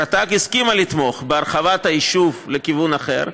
רט"ג הסכימה לתמוך בהרחבת היישוב לכיוון אחר,